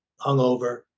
hungover